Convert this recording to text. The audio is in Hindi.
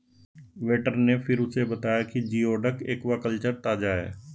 वेटर ने फिर उसे बताया कि जिओडक एक्वाकल्चर ताजा है